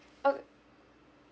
okay